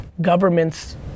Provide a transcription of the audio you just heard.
governments